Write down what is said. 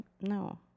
no